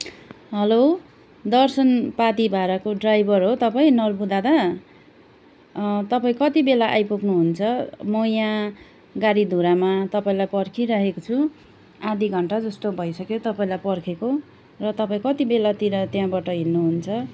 हलो दर्शन पाथिभराको ड्राइभर हो तपाईँ नर्बु दादा तपाईँ कति बेला आइपुग्नु हुन्छ म यहाँ गाडीधुरामा तपाईँलाई पर्खिरहेको छु आधी घन्टा जस्तो भइसक्यो तपाईँलाई पर्खेको र तपाईँ कति बेलातिर त्यहाँबाट हिँड्नुहुन्छ